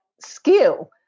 skill